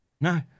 no